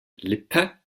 lippe